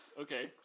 Okay